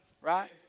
right